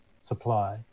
supply